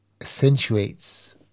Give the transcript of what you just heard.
accentuates